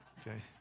Okay